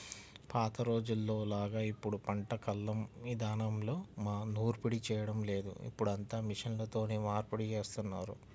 పాత రోజుల్లోలాగా ఇప్పుడు పంట కల్లం ఇదానంలో నూర్పిడి చేయడం లేదు, ఇప్పుడంతా మిషన్లతోనే నూర్పిడి జేత్తన్నారు